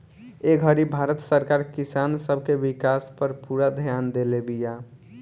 ए घड़ी भारत सरकार किसान सब के विकास पर पूरा ध्यान देले बिया